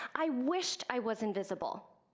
i wished i was invisible.